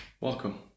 Welcome